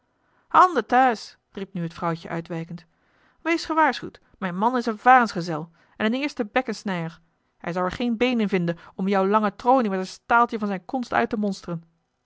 thuis riep nu het vrouwtje uitwijkend wees gewaarschuwd mijn man is een varensgezel en een eerste bekkensnijder hij zou er geen been in vinden om jou lange tronie met een staaltje van zijne konst uit te monsteren